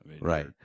Right